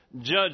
Judge